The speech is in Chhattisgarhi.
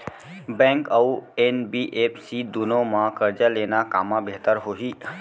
बैंक अऊ एन.बी.एफ.सी दूनो मा करजा लेना कामा बेहतर होही?